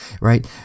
right